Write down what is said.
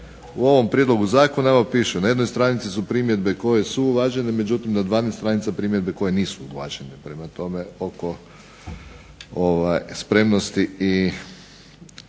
u ovom prijedlogu zakona evo piše, na jednoj stranici su primjedbe koje su uvažene, međutim na 12 stranica primjedbe koje nisu uvažene. Prema tome, toliko o spremnosti i